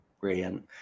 Brilliant